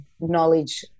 knowledge